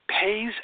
Pays